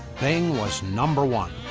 bing was number one.